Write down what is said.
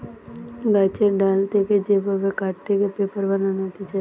গাছের ডাল থেকে যে ভাবে কাঠ থেকে পেপার বানানো হতিছে